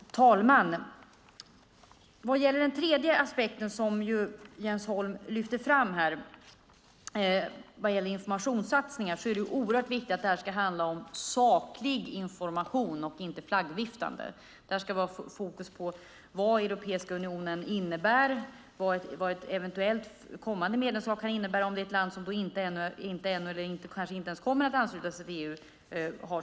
Herr talman! När det gäller informationssatsningarna som Jonas Sjöstedt lyfter fram är det viktigt att det handlar om saklig information och inte flaggviftande. Det ska vara fokus på vad Europeiska unionen innebär och vad ett eventuellt kommande medlemskap kan innebära för ett land som ännu inte har anslutit sig - och kanske inte kommer att ansluta sig - till EU.